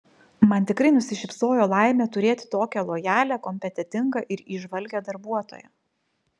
man tikrai nusišypsojo laimė turėti tokią lojalią kompetentingą ir įžvalgią darbuotoją